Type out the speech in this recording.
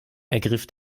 ergriff